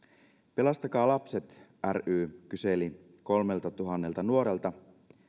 pelastakaa lapset ry kyseli kolmeltatuhannelta nuorelta